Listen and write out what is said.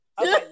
okay